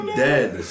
dead